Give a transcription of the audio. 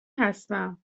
هستم